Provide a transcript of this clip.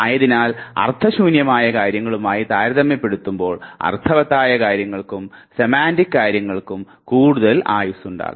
ആയതിനാൽ അർത്ഥശൂന്യമായ കാര്യങ്ങളുമായി താരതമ്യപ്പെടുത്തുമ്പോൾ അർത്ഥവത്തായ കാര്യങ്ങൾക്കും സെമാൻറിക് കാര്യങ്ങൾക്കും കൂടുതൽ ആയുസ്സുണ്ടാകും